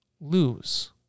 lose